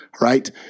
right